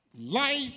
life